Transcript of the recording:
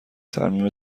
ترمیم